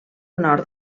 nord